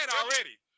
already